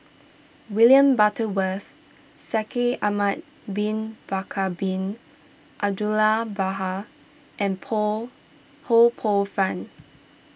William Butterworth Shaikh Ahmad Bin Bakar Bin Abdullah and Poh Ho Poh Fun